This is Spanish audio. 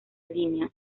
línea